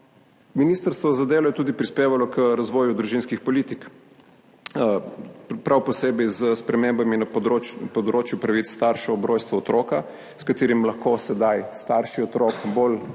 Ministrstvo za delo je tudi prispevalo k razvoju družinskih politik. Prav posebej s spremembami na področju pravic staršev ob rojstvu otroka, s katerim si lahko sedaj starši otrok bolj